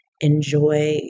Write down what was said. enjoy